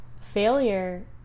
failure